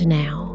now